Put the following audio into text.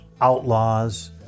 outlaws